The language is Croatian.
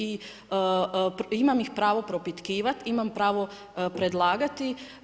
Imam i pravo propitkivati, imam pravo predlagati.